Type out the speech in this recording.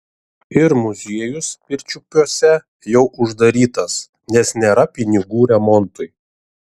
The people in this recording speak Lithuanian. ir muziejus pirčiupiuose jau uždarytas nes nėra pinigų remontui